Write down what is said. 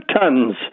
tons